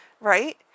Right